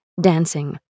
dancing